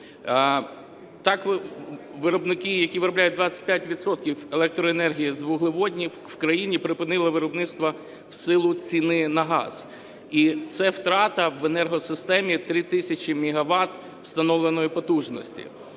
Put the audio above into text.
Так виробники, які виробляють 25 відсотків електроенергії з вуглеводнів, в країні припинили виробництво в силу ціни на газ, і це втрата в енергосистемі 3 тисячі мегават встановленої потужності.